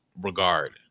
regard